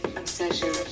obsession